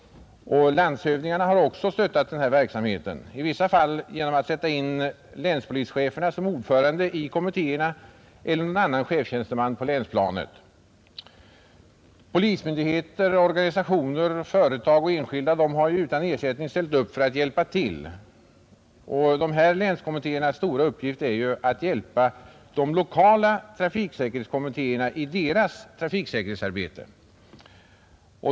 Landshövdingarna har också stöttat den här verksamheten, i vissa fall genom att sätta in länspolischefen eller någon annan chefstjänsteman på länsplanet som ordförande i kommittén. Polismyndigheter, organisationer, företag och enskilda har utan ersättning ställt upp för att hjälpa till. Länskommittéernas stora uppgift är att hjälpa de lokala trafiksäkerhetskommittéerna i deras trafiksäkerhetsarbete.